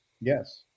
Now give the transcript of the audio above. Yes